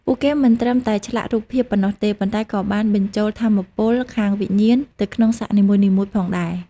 ពួកគេមិនត្រឹមតែឆ្លាក់រូបភាពប៉ុណ្ណោះទេ ប៉ុន្តែក៏បានបញ្ចូលថាមពលខាងវិញ្ញាណទៅក្នុងសាក់នីមួយៗផងដែរ។